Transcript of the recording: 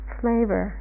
flavor